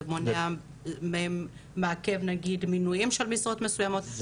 זה מעכב נגיד מינויים של משרות מסוימות?